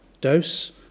dose